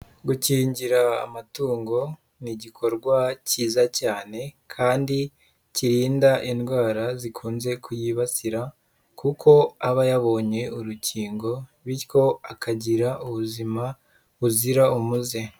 Gukingira amatungo ni igikorwa cyiza cyane kandi kirinda indwara zikunze kuyibasira kuko aba yabonye urukingo bityo akagira ubuzima buzira umuze.